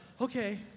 okay